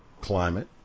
climate